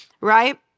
right